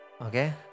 Okay